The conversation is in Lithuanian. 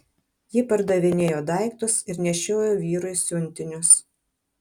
ji pardavinėjo daiktus ir nešiojo vyrui siuntinius